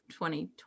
2020